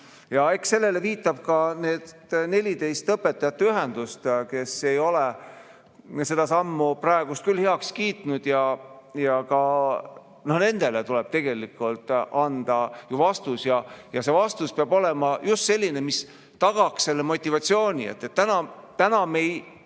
ära. Eks sellele viitavad ka need 14 õpetajate ühendust, kes ei ole seda sammu praegu küll heaks kiitnud. Ka nendele tuleb anda vastus ja see vastus peab olema just selline, mis tagaks selle motivatsiooni. Täna mina ei